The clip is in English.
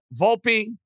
Volpe